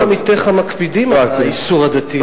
לא כל עמיתיך מקפידים על האיסור הדתי.